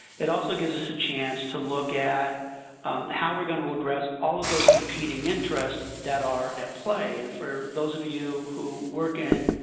it also gives us a chance to look at how we are going to address all of those competing that are at play. and, for those of you who work in